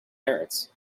parrots